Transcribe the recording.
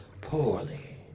poorly